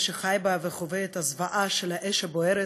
שחי בה וחווה את הזוועה של האש הבוערת,